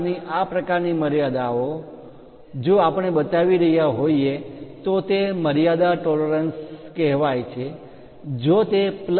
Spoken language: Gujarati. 4 ની આ પ્રકારની મર્યાદા ઓ જો આપણે બતાવી રહ્યા હોય તો તે મર્યાદા ટોલરન્સ પરિમાણ માં માન્ય તફાવત કહેવાય છે